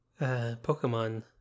Pokemon